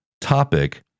topic